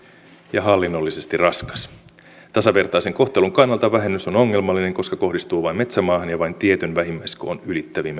ja hallinnollisesti raskas tasavertaisen kohtelun kannalta vähennys on ongelmallinen koska se kohdistuu vain metsämaahan ja vain tietyn vähimmäiskoon ylittäviin